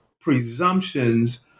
presumptions